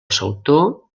sautor